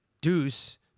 Deuce